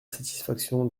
satisfaction